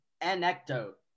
anecdote